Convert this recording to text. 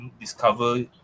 discover